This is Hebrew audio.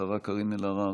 השרה קארין אלהרר,